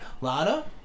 Lana